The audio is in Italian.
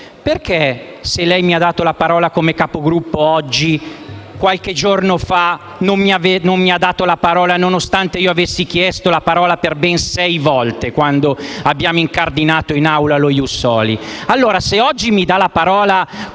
Perché, se lei mi ha dato la parola come Capogruppo oggi, qualche giorno fa non me l'ha data, nonostante io l'avessi chiesta per ben sei volte quando abbiamo incardinato in Aula lo *ius soli*?